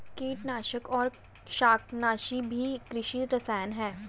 कीटनाशक और शाकनाशी भी कृषि रसायन हैं